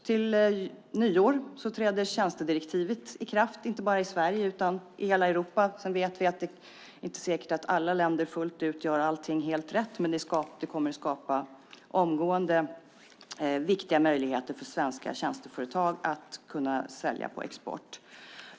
Till nyår träder tjänstedirektivet i kraft, inte bara i Sverige utan i hela Europa. Sedan vet vi att det inte är säkert att alla länder fullt ut gör allting helt rätt, men det kommer omgående att skapa viktiga möjligheter för svenska tjänsteföretag att sälja på export.